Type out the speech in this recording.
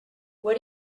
what